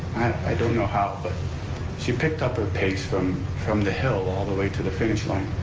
i don't know how, but she picked up her pace from from the hill all the way to the finish line.